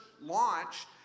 launched